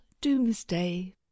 Doomsday